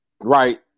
right